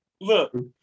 Look